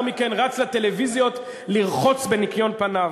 מכן רץ לטלוויזיות לרחוץ בניקיון כפיו.